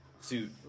suit